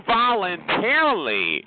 voluntarily